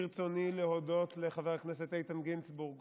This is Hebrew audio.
ברצוני להודות לחבר הכנסת איתן גינזבורג